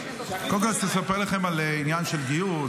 קודם כול אני רוצה לספר על עניין של גיוס,